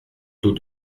taux